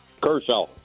Kershaw